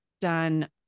done